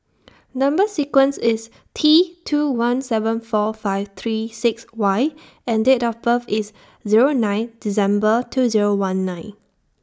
Number sequence IS T two one seven four five three six Y and Date of birth IS Zero nine December two Zero one nine